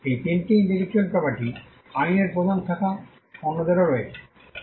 এই তিনটি intellectual property আইনের প্রধান শাখা অন্যদেরও রয়েছে